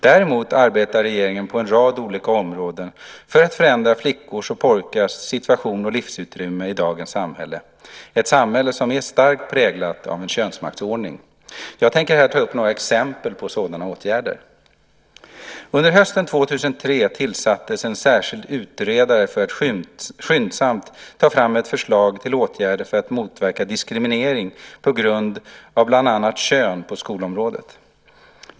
Däremot arbetar regeringen på en rad olika områden för att förändra flickors och pojkars situation och livsutrymme i dagens samhälle - ett samhälle som är starkt präglat av en könsmaktsordning. Jag tänkte här ta upp några exempel på sådana åtgärder. Under hösten 2003 tillsattes en särskild utredare för att skyndsamt ta fram ett förslag till åtgärder för att motverka diskriminering på grund av bland annat kön på skolområdet .